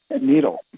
needle